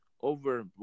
over